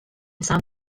some